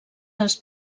dels